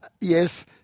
Yes